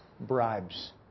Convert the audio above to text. bribes